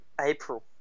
April